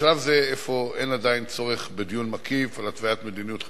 בשלב זה אפוא אין עדיין צורך בדיון מקיף על התוויית מדיניות חדשה,